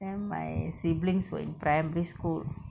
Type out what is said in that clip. then my sibilings were in primary school